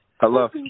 Hello